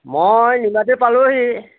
মই নিমাতী পালোঁহি